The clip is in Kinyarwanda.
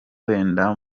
wenda